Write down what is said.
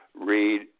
read